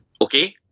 okay